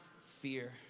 fear